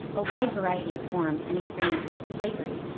a wide variety of forms and experiences of slavery,